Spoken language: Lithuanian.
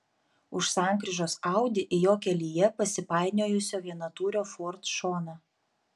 už sankryžos audi į jo kelyje pasipainiojusio vienatūrio ford šoną